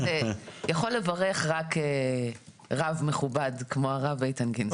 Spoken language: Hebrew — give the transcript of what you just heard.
יכול לברך רק רב מכובד כמו הרב איתן גינזבורג.